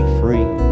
free